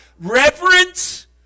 Reverence